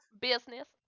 business